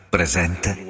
Presente